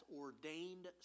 ordained